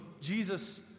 Jesus